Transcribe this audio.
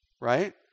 right